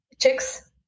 chicks